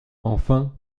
enfin